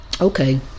Okay